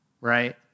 right